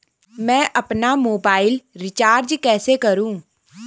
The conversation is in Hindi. मैं अपना मोबाइल रिचार्ज कैसे करूँ?